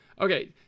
Okay